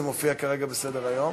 זה מופיע כרגע בסדר-היום.